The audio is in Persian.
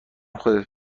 خودت